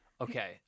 okay